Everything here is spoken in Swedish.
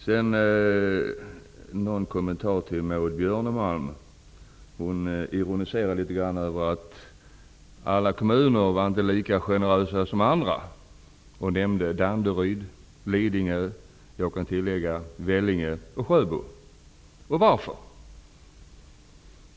Någon kommentar vill jag göra till Maud Björnemalm. Hon ironiserar litet grand över att alla kommuner inte är lika generösa. Hon nämnde Danderyd och Lidingö. Jag kan tillägga Vellinge och Sjöbo. Varför?